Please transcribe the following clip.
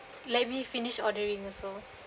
let me finish ordering also